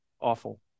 awful